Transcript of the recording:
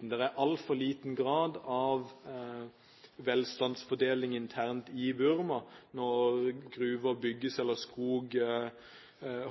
Det er altfor liten grad av velstandsfordeling internt i Burma. Når gruver bygges eller skog